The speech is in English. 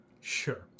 Sure